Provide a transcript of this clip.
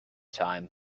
time